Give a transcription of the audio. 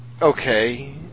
Okay